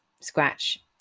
scratch